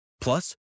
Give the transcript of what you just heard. Plus